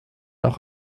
auch